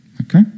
Okay